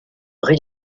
rue